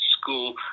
school